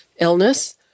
illness